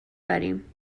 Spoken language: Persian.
داریم